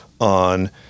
on